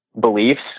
beliefs